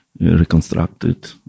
reconstructed